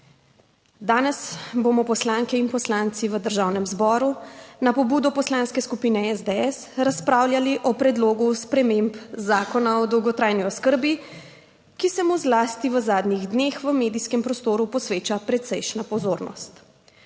Danes bomo poslanke in poslanci v Državnem zboru na pobudo Poslanske skupine SDS razpravljali o predlogu sprememb Zakona o dolgotrajni oskrbi, ki se mu zlasti v zadnjih dneh v medijskem prostoru posveča precejšnja pozornost.